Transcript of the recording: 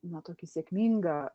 na tokį sėkmingą